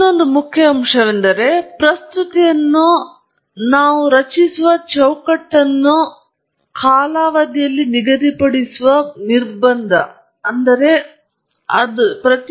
ಇತರ ಪ್ರಮುಖ ಅಂಶವೆಂದರೆ ನಾನು ಹೇಳಿದಂತೆ ಪ್ರಸ್ತುತಿಯನ್ನು ನಾವು ರಚಿಸುವ ಚೌಕಟ್ಟನ್ನು ಕಾಲಾವಧಿಯಲ್ಲಿ ನಿಗದಿಪಡಿಸುವ ನಿರ್ಬಂಧಗಳ ಭಾಗವಾಗಿದೆ